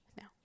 No